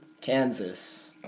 Kansas